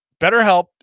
BetterHelp